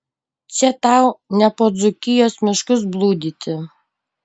čia tau ne po dzūkijos miškus blūdyti